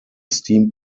steam